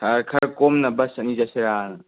ꯁꯥꯔ ꯈꯔ ꯀꯣꯝꯅꯕ ꯕꯁ ꯑꯅꯤ ꯆꯠꯁꯤꯔꯥꯅ